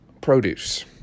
produce